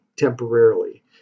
temporarily